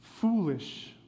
Foolish